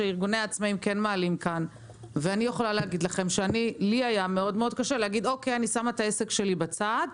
אני יכולה להגיד לכם שלי היה קשה מאוד לומר שאני שמה את העסק שלי בצד,